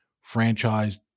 franchise